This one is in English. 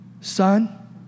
son